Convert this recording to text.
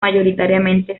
mayoritariamente